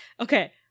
Okay